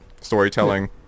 storytelling